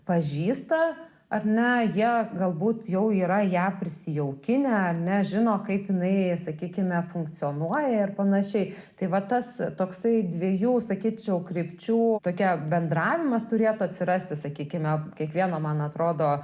pažįsta ar ne jie galbūt jau yra ją prisijaukinę ar ne žino kaip jinai sakykime funkcionuoja ir panašiai tai va tas toksai dviejų sakyčiau krypčių tokia bendravimas turėtų atsirasti sakykime kiekvieno man atrodo